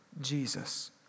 Jesus